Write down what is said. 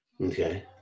Okay